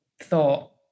thought